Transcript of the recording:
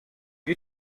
you